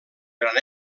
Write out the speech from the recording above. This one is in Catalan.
gran